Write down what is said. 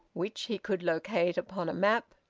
which he could locate upon a map,